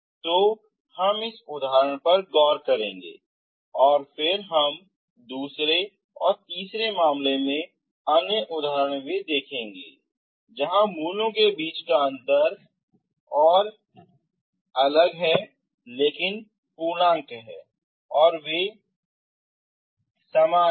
तो हम उस उदाहरण पर गौर करेंगे और फिर हम दूसरे और तीसरे मामले के अन्य उदाहरण भी देखेंगे जहां मूलों के बीच का अंतर ओ अलग लेकिन पूर्णांक होगा और वे समान हैं